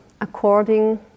according